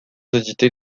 hésiter